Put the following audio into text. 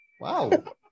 Wow